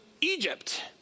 Egypt